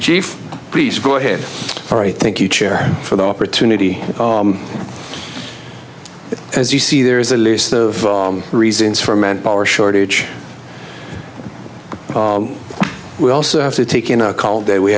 chief please go ahead all right thank you chair for the opportunity as you see there is a list of reasons for manpower shortage we also have to take in a call day we